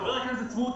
חבר הכנסת סמוטריץ',